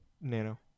Nano